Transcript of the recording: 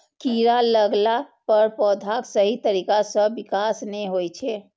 कीड़ा लगला पर पौधाक सही तरीका सं विकास नै होइ छै